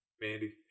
Mandy